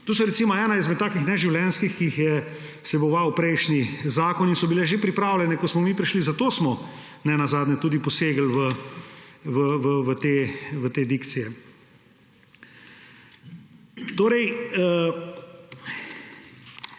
To je recimo ena izmed takih neživljenjskih, ki jih je vseboval prejšnji zakon in so bile že pripravljene, ko smo mi prišli. Zato smo ne nazadnje tudi posegli v te dikcije. Tudi